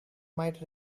might